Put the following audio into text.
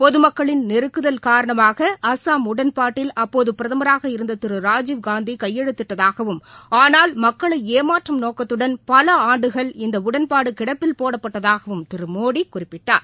பொதுமக்களின் நெருக்குதல் காரணமாக அஸ்ஸாம் உடன்பாட்டில் அப்போதுபிரதமராக இருந்ததிருராஜீவ் காந்திகையெழுத்திட்டதாகவும் ஆனால் மக்களைஏமாற்றும் நோக்கத்துடன் பலஆண்டுகள் இந்தஉடன்பாடுகிடப்பில் போடப்பட்டதாகவும் திருமோடிகூறினார்